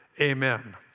amen